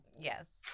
Yes